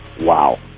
wow